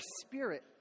spirit